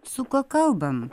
su kuo kalbam